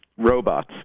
robots